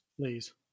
Please